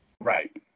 Right